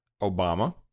Obama